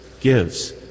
gives